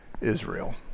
Israel